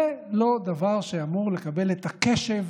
זה לא דבר שאמור לקבל את הקשב